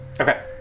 Okay